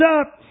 up